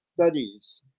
studies